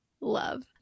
love